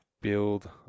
Build